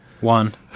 One